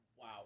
Wow